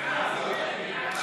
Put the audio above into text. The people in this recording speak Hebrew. לגביית קנסות,